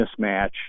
mismatch